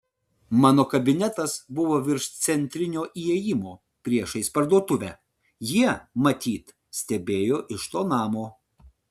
mano kabinetas buvo virš centrinio įėjimo priešais parduotuvę jie matyt stebėjo iš to namo